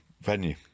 venue